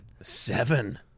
Seven